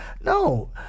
No